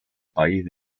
país